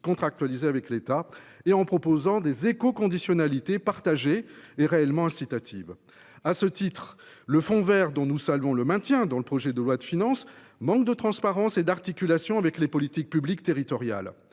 contractualisation avec l’État et proposer des écoconditionnalités partagées et réellement incitatives. À cet égard, le fonds vert, dont nous saluons le maintien dans le projet de loi de finances, manque de transparence et d’articulation avec les politiques publiques territoriales.